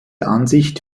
ansicht